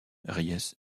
reyes